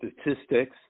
statistics